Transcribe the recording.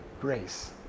grace